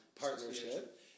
partnership